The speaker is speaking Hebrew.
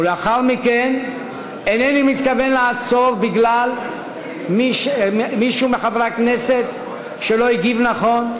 ולאחר מכן אינני מתכוון לעצור בגלל מישהו מחברי הכנסת שלא הגיב נכון.